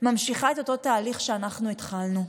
ממשיכה את אותו תהליך שאנחנו התחלנו.